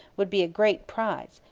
would be a great prize,